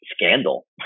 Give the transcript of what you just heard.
scandal